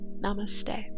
Namaste